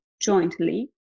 jointly